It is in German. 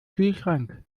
kühlschrank